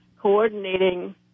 coordinating